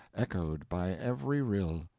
echoed by every rill.